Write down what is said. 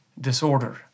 Disorder